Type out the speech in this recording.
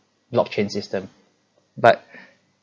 blockchain system but